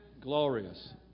glorious